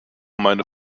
meine